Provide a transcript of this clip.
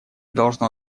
должно